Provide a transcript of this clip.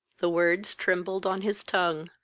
the words trembled on his tongue,